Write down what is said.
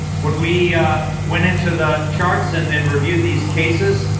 when we went into the charts and and reviewed these cases,